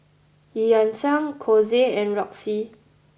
Eu Yan Sang Kose and Roxy